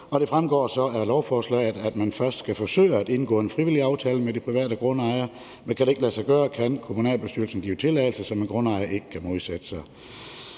det fremgår så af lovforslaget, at man først skal forsøge at indgå en frivillig aftale med de private grundejere, men kan det ikke lade sig gøre, kan kommunalbestyrelsen give tilladelse, som en grundejer ikke kan modsætte sig.